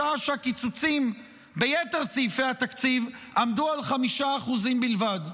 בשעה שהקיצוצים ביתר סעיפי התקציב עמדו על 5% בלבד.